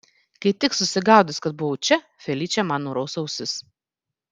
kai tik susigaudys kad buvau čia feličė man nuraus ausis